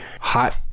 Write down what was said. hot